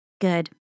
good